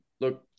Look